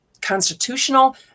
constitutional